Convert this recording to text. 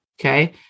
okay